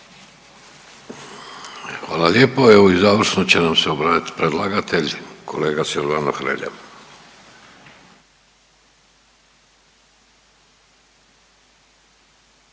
Hvala lijepo. Evo i završno će nam se obratiti predlagatelj, kolega Silvano Hrelja.